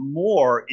more